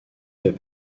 fait